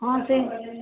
ହଁ ସେଇ